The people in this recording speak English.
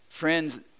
Friends